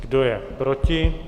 Kdo je proti?